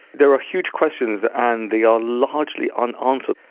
there are huge questions, and they are largely unanswered,